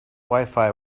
wifi